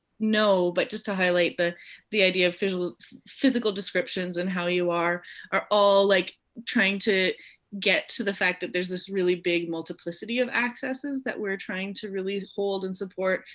know, but just to highlight the the idea of physical physical descriptions and how you are are all like trying to get to the fact that there's this really big multiplicity of accesses that we're trying to really hold and support.